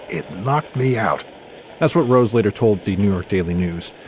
it knocked me out that's what rose later told the new york daily news.